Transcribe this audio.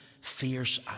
fierce